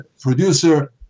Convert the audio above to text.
producer